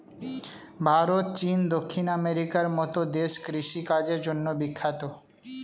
ভারত, চীন, দক্ষিণ আমেরিকার মতো দেশ কৃষি কাজের জন্যে বিখ্যাত